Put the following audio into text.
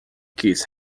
kids